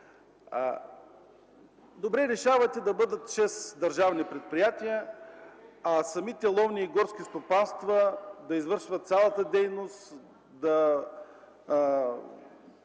Добре, решавате да бъде чрез държавни предприятия, а самите ловни и горски стопанства да извършват цялата дейност,